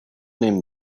nehmen